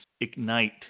ignite